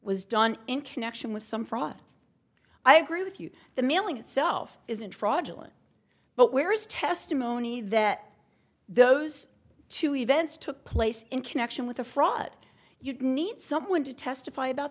was done in connection with some fraud i agree with you the mailing itself isn't fraudulent but where is testimony that those two events took place in connection with a fraud you'd need someone to testify about